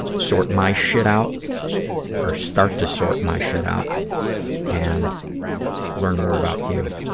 sort my shit out or start to sort my shit out and learn more about you.